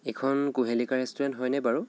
এইখন কুহেলিকা ৰেষ্টুৰেণ্ট হয়নে বাৰু